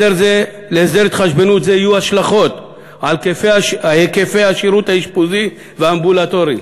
להסדר התחשבנות זה יהיו השלכות על היקפי השירות האשפוזי והאמבולטורי.